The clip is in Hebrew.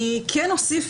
אני כן אוסיף